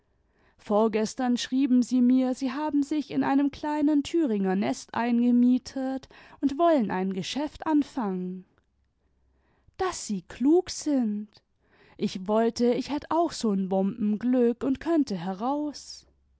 vorgestern schrieben sie mir sie haben sich in einem kleinen thüringer nest eingemietet und wollen ein geschäft anfangen daß sie klug sindl ich wollte ich hätt auch so n bombenglück und könnte heraus